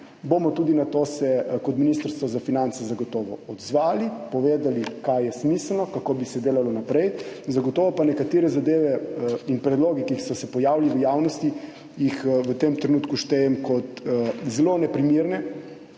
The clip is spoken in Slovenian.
bomo tudi na to kot Ministrstvo za finance zagotovo odzvali, povedali, kaj je smiselno, kako bi se delalo naprej. Zagotovo pa nekatere zadeve in predloge, ki so se pojavili v javnosti, v tem trenutku štejem kot zelo neprimerne,